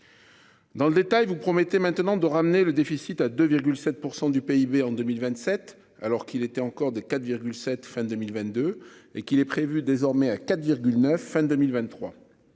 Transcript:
Dans le détail vous promettez maintenant de ramener le déficit à 2 7 % du PIB en 2027 alors qu'il était encore des. Cette fin 2022 et qu'il est prévu, désormais à 4, 9 fin 2023.